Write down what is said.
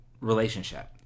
relationship